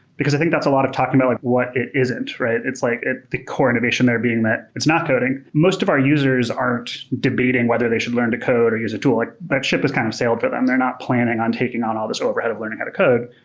because i think that's a lot of talking about like what it isn't, right? it's like the core innovation there being that it's not coding. most of our users aren't debating whether they should learn to code or use a tool. that ship has kind of sailed for them. they're not planning on taking on all this overhead of learning how to code.